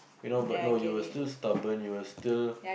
you know but now you were still stubborn you were still